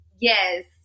Yes